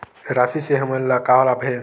राशि से हमन ला का लाभ हे?